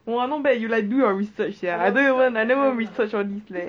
!huh! you do why why what is the difference between fixed deposit now